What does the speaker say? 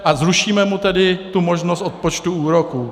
A zrušíme mu tedy tu možnost odpočtu úroků.